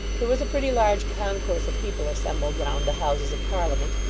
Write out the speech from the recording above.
there was a pretty large concourse of people assembled round the houses of parliament,